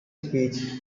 speech